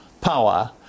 power